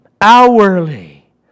hourly